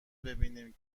ببینیم